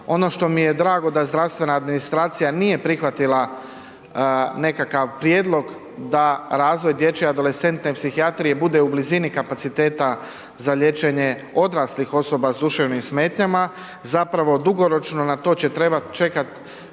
Ono što mi je drago da zdravstvena administracija nije prihvatila nekakav prijedlog da razvoj dječje adolescentne psihijatrije bude u blizini kapaciteta za liječenje odraslih osoba s duševnim smetnjama. Zapravo dugoročno, na to će trebati čekati